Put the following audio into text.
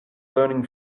learning